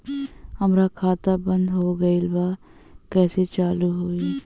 हमार खाता बंद हो गईल बा कैसे चालू होई?